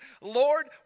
Lord